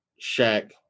Shaq